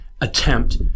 attempt